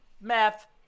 Math